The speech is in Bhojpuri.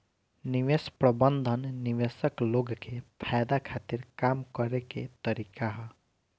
निवेश प्रबंधन निवेशक लोग के फायदा खातिर काम करे के तरीका ह